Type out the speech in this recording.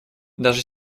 даже